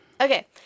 Okay